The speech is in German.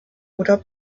oder